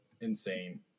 insane